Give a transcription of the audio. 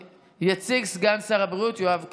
יציג סגן שר הבריאות יואב קיש.